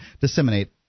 disseminate